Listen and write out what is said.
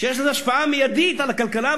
ויש לזה השפעה מיידית על הכלכלה,